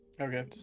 Okay